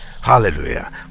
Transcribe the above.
hallelujah